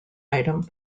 item